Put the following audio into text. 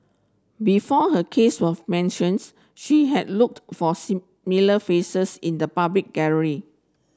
before her case was mentions she had looked for faces in the public